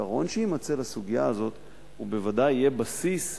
והפתרון שיימצא לסוגיה הזאת בוודאי יהיה בסיס